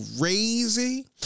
crazy